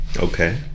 okay